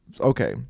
Okay